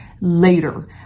later